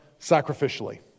sacrificially